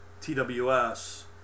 TWS